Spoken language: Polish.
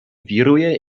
wiruje